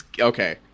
Okay